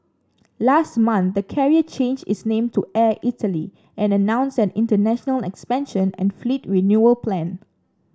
last month the carrier changed its name to Air Italy and announced an international expansion and fleet renewal plan